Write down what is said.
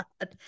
God